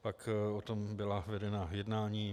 Pak o tom byla vedena jednání.